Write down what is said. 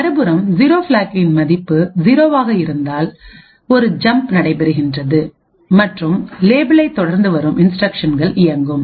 மறுபுறம் 0 பிளாக்கின் மதிப்பு 0 ஆக இருந்தால் அ இருந்தது ஒரு ஜம்ப் நடைபெறுகிறது மற்றும் லேபிளைத் தொடர்ந்து வரும் இன்ஸ்டிரக்ஷன்கள் இயங்கும்